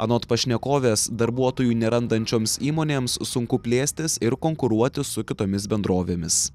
anot pašnekovės darbuotojų nerandančioms įmonėms sunku plėstis ir konkuruoti su kitomis bendrovėmis